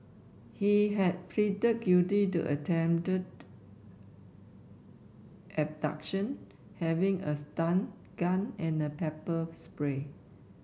he had pleaded guilty to attempted abduction having a stun gun and a pepper spray